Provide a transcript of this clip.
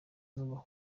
nubaha